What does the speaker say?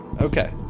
Okay